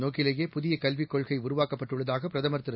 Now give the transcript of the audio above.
நோக்கிலேயேபுதியகல்விக்கொள்கை உருவாக்கப்பட்டுள்ளதாகபிரதமர்திரு